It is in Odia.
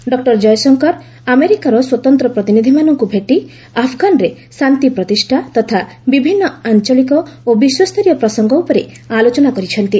ଡକ୍କର ଜୟଶଙ୍କର ଆମେରିକାର ସ୍ୱତନ୍ତ୍ର ପ୍ରତିନିଧିମାନଙ୍କୁ ଭେଟି ଆଫଗାନରେ ଶାନ୍ତି ପ୍ରତିଷ୍ଠା ତଥା ବିଭିନ୍ନ ଆଞ୍ଚଳିକ ଓ ବିଶ୍ୱସ୍ତରୀୟ ପ୍ରସଙ୍ଗ ଉପରେ ଆଲୋଚନା କରିଛନ୍ତି